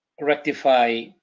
rectify